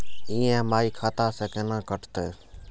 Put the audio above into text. EMI खाता से केना कटते?